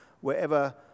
wherever